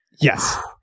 Yes